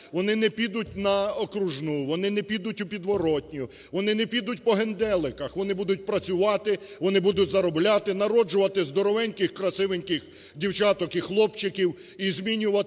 вони не підуть на окружну, вони не підуть у підворотню, вони не підуть по генделиках. Вони будуть працювати, вони будуть заробляти, народжувати здоровеньких, красивеньких дівчаток і хлопчиків і змінювати